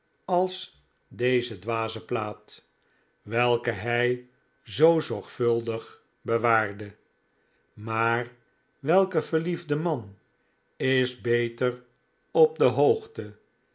als deze dwaze plaat welke hij zoo zorgvuldig bewaarde maar welke verliefde man is beter op de hoogte